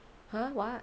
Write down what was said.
!huh! what